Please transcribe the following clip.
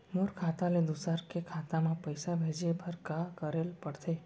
मोर खाता ले दूसर के खाता म पइसा भेजे बर का करेल पढ़थे?